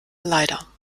leider